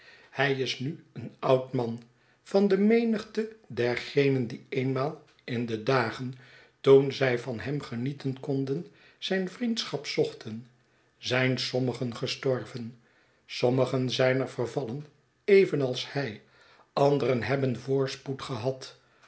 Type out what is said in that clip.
hij is nu een oud man yan de menigte dergenen die eenmaal in de dagen toen zij van hem genieten konden zijn vriendschap zochten zijn sommigen gestorven sommigen zijn er vervallen even als hij anderen hebben voorspoed gehad